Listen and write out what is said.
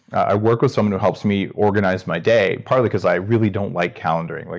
i work with someone who helps me organize my day, partly because i really don't like calendaring. like